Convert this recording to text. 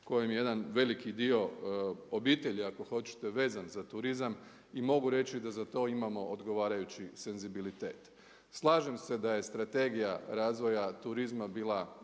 kojim jedan veliki dio obitelji ako hoćete vezan za turizam i mogu reći da za to imamo odgovarajući senzibilitet. Slažem se da je Strategija razvoja turizma bila